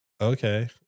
okay